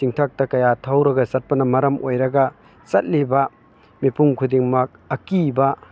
ꯆꯤꯡꯊꯛꯇ ꯀꯌꯥ ꯊꯧꯔꯒ ꯆꯠꯄꯅ ꯃꯔꯝ ꯑꯣꯏꯔꯒ ꯆꯠꯂꯤꯕ ꯃꯤꯄꯨꯝ ꯈꯨꯗꯤꯡꯃꯛ ꯑꯀꯤꯕ